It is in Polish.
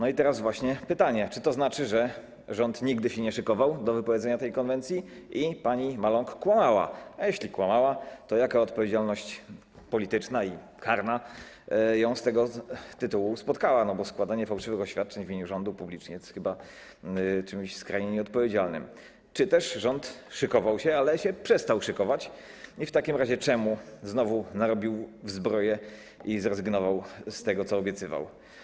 I teraz właśnie pytanie: Czy to znaczy, że rząd nigdy się nie szykował do wypowiedzenia tej konwencji i pani Maląg kłamała - a jeśli kłamała, to jaka odpowiedzialność polityczna i karna ją z tego tytułu spotkała, bo składanie fałszywych oświadczeń w imieniu rządu publicznie jest chyba czymś skrajnie nieodpowiedzialnym - czy też rząd szykował się, ale się przestał szykować i w takim razie czemu znowu narobił w zbroję i zrezygnował z tego, co obiecywał?